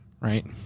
right